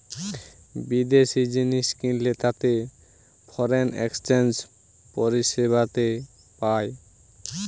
বিদেশি জিনিস কিনলে তাতে ফরেন এক্সচেঞ্জ পরিষেবাতে পায়